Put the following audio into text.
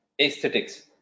Aesthetics